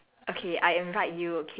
groups of people